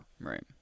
Right